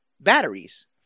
batteries